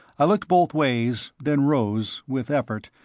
i looked both ways, then rose, with effort,